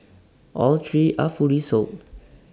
all three are fully sold